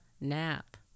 nap